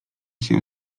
się